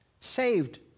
saved